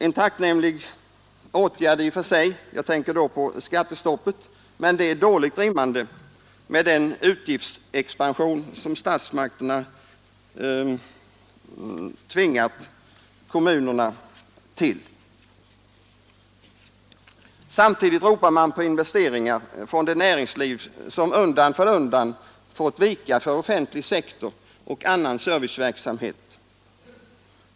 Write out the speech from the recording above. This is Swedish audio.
Skatteuppgörelsen är en tacknämlig åtgärd i och för sig men dåligt rimmande med den utgiftsexpansion som statsmakterna tidigare tvingat kommunerna till. Samtidigt ropar man på investeringar från det näringsliv som undan för undan fått vika för offentlig sektor och annan serviceverksamhet.